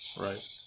right